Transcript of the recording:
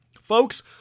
Folks